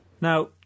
Now